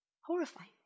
Horrifying